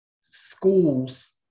schools